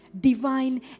Divine